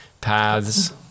Paths